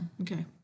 Okay